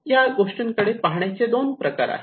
या गोष्टीकडे पाहण्याचे दोन प्रकार आहेत